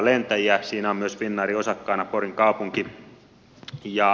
siinä on myös finnairin osakkaana porin kaupunki